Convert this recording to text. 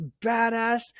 badass